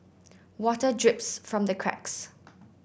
water drips from the cracks